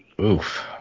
Oof